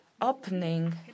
opening